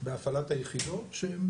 בהפעלת היחידות שהן